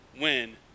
win